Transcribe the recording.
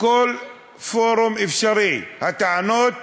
בכל פורום אפשרי, הטענות: